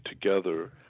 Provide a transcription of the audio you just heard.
together